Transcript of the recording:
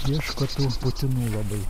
ieško tų putinų labai